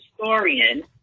historian